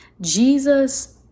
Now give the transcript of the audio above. Jesus